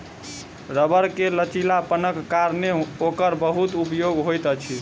रबड़ के लचीलापनक कारणेँ ओकर बहुत उपयोग होइत अछि